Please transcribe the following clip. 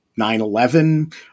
9-11